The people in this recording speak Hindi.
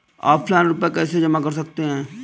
ऑफलाइन रुपये कैसे जमा कर सकते हैं?